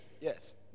Yes